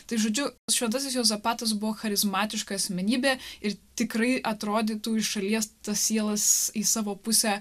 tai žodžiu šventasis juozapatas buvo charizmatiška asmenybė ir tikrai atrodytų iš šalies tas sielas į savo pusę